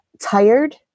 tired